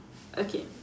okay